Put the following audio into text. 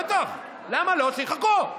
בטח, למה לא, שיחכו,